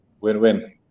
Win-win